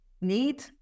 need